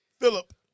philip